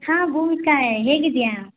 ಹಾಂ ಭೂಮಿಕಾ ಹೇಗಿದ್ದೀಯಾ